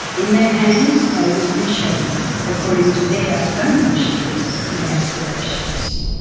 in their hands they will reshape it according to their own vision and aspirations.